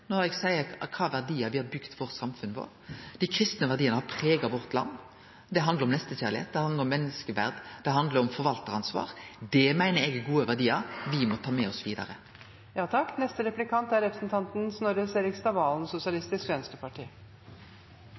eg seier kva verdiar me har bygd samfunnet vårt på. Dei kristne verdiane har prega landet vårt. Det handlar om nestekjærleik, det handlar om menneskeverd, det handlar om forvaltaransvar. Det meiner eg er gode verdiar me må ta med oss vidare. Representanten Hareide og hans parti er